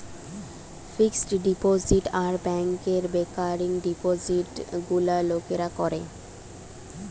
fixed deposit আর ব্যাংকে recurring ডিপোজিটে গুলা লোকরা করে